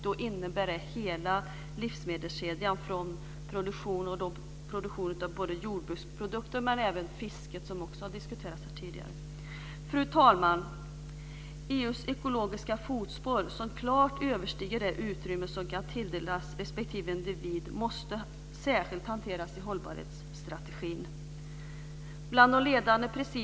Det innebär hela livsmedelskedjan från produktionen av jordbruksprodukter men även fiske som har diskuterats här tidigare. Fru talman! EU:s ekologiska fotspår som klart överstiger det utrymme som kan tilldelas respektive individ måste särskilt hanteras i hållbarhetsstrategin.